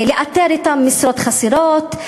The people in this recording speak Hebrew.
לאתר את המשרות החסרות,